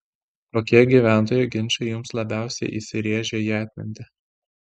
kokie gyventojų ginčai jums labiausiai įsirėžė į atmintį